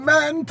Man